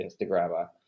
Instagrammer